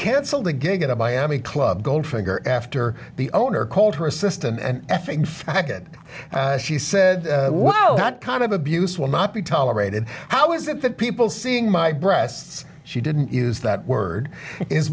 canceled the gig and by amie club goldfinger after the owner called her assistant and i think i could she said that kind of abuse will not be tolerated how is it that people seeing my breasts she didn't use that word is